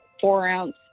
four-ounce